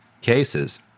cases